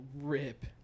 rip